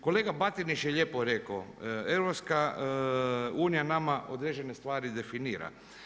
Kolega Batinić je lijepo rekao, EU nama određene stvari definira.